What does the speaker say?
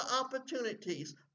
opportunities